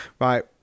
right